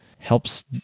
helps